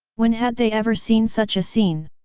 when had they ever seen such a scene?